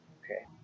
Okay